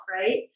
Right